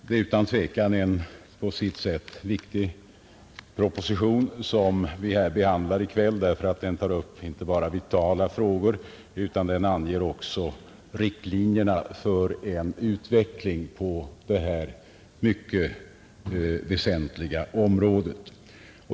Det är utan tvivel en på sitt sätt viktig proposition som vi här behandlar i kväll, ty den tar inte bara upp vitala frågor utan den anger också riktlinjerna för en utveckling på detta mycket väsentliga område.